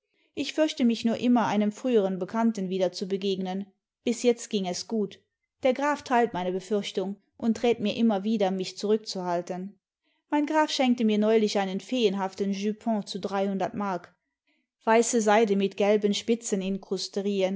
ich fürchte mich nur immer einem früheren bekannten wieder zu begegnen bis jetzt ging es gut der graf teilt meine befürchtung und rät mir immer wieder mich zurückzuhalten mein graf schenkte mir neulich einen feenhaften jupon zu dreihundert mark weiße seide mit gelben